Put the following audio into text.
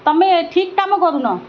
ତୁମେ ଠିକ୍ କାମ କରୁନ